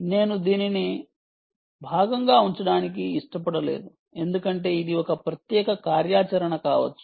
నేను దీనిని భాగంగా ఉంచడానికి ఇష్టపడలేదు ఎందుకంటే ఇది ఒక ప్రత్యేక కార్యాచరణ కావచ్చు